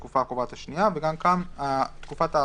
בינואר 2020) עד תום התקופה הקובעת השנייה 12 חודשים